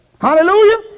Hallelujah